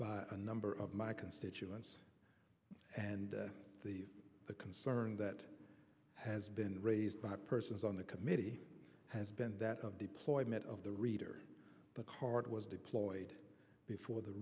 by a number of my constituents and the concern that has been raised by persons on the committee has been that of deployment of the reader but hart was deployed before the